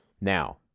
Now